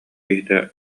киһитэ